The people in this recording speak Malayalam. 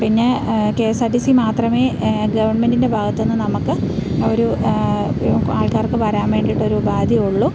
പിന്നെ KSRTC മാത്രമേ ഗവണ്മെന്റിന്റെ ഭാഗത്ത് നിന്ന് നമുക്ക് ഒരു ആള്ക്കാര്ക്ക് വരാൻ വേണ്ടിയിട്ട് ഒരു ഉപാധി ഉള്ളു